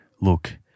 look